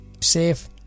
safe